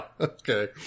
okay